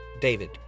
david